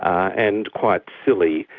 and quite silly,